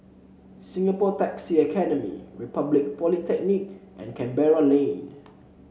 Singapore Taxi Academy Republic Polytechnic and Canberra Lane